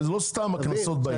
לא סתם הקנסות באים.